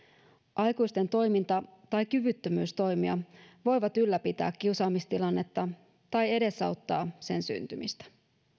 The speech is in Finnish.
aikuisten toiminta tai kyvyttömyys toimia voivat ylläpitää kiusaamistilannetta tai edesauttaa sen syntymistä